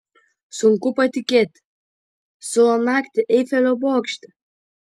sunku patikėti siūlo naktį eifelio bokšte